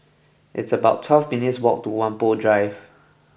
it's about twelve minutes' walk to Whampoa Drive